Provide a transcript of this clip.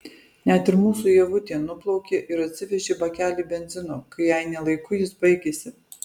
net ir mūsų ievutė nuplaukė ir atsivežė bakelį benzino kai jai ne laiku jis baigėsi